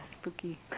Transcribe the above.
spooky